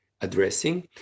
addressing